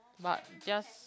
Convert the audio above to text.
but just